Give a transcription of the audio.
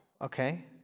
Okay